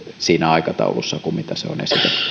siinä aikataulussa kuin on